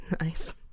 nice